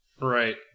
right